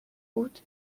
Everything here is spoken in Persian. بود